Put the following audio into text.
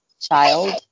child